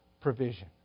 provision